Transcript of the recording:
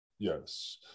Yes